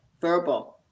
verbal